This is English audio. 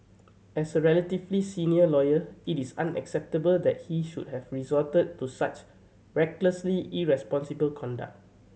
as a relatively senior lawyer it is unacceptable that he should have resorted to such recklessly irresponsible conduct